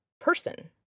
person